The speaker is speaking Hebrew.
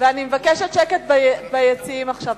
מבקשת שקט ביציעים עכשיו.